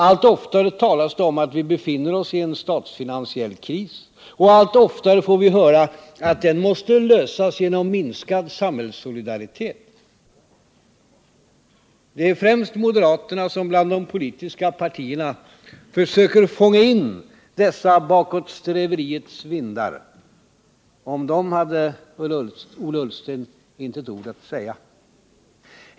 Allt oftare talas det nu om att vi befinner oss i en statsfinansiell kris. Och allt oftare får vi höra att den måste lösas genom minskad samhällssolidaritet. Det är främst moderaterna som bland de politiska partierna söker fånga in dessa bakåtsträveriets vindar. Om dem hade Ola Ullsten intet ord att säga.